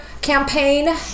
campaign